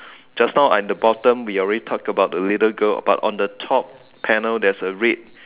just now at the bottom we already talked about the little girl but at the top panel there's a red